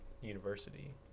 university